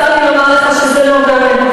צר לי לומר לך שזה לא גם וגם.